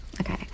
okay